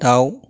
दाउ